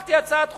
הנחתי הצעת חוק,